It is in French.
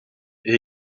est